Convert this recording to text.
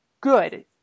Good